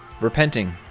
repenting